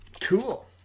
Cool